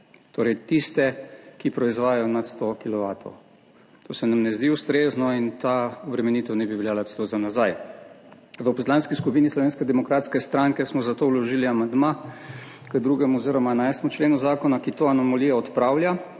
torej tiste, ki proizvajajo nad 100 kilovatov. To se nam ne zdi ustrezno in ta obremenitev naj bi veljala celo za nazaj. V Poslanski skupini Slovenske demokratske stranke smo zato vložili amandma k 2. oziroma 11. členu zakona, ki to anomalijo odpravlja